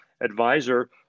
advisor